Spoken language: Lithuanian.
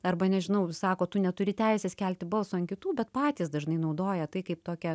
arba nežinau sako tu neturi teisės kelti balso ant kitų bet patys dažnai naudoja tai kaip tokią